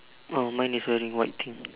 oh mine is wearing white thing